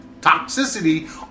toxicity